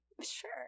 Sure